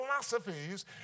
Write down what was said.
philosophies